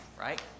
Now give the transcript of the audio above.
right